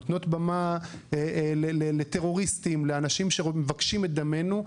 נותנות במה לטרוריסטים, לאנשים שמבקשים את דמנו.